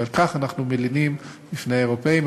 ועל כך אנחנו מלינים בפני האירופים.